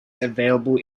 available